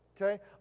Okay